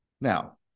Now